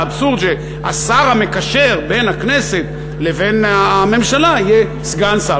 האבסורד הוא שהשר המקשר בין הכנסת לבין הממשלה יהיה סגן שר.